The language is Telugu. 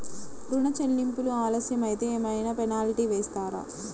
ఋణ చెల్లింపులు ఆలస్యం అయితే ఏమైన పెనాల్టీ వేస్తారా?